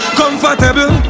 comfortable